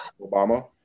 Obama